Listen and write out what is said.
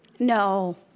No